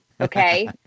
okay